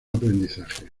aprendizaje